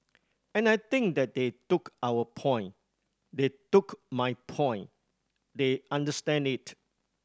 and I think that they took our point they took my point they understand it